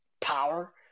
power